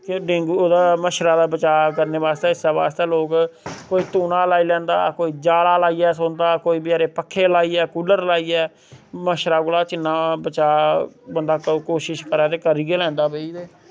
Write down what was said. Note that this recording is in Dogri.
को डेंगू ओह्दा मच्छरा दा बचाऽ करनै बास्तै इस्सै बास्तै लोग कोई धूना लाई लैंदा कोई जाला लाइयै सौंदा कोई बचैरे पक्खे लाईयै कूलर लाइयै मच्छरै कोला जिन्ना बचाऽ बंदा कोशिश करै ते करी गै लैंदा भाई ते